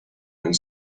and